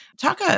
Talk